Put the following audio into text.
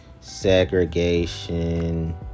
segregation